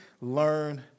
learn